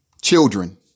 children